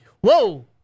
Whoa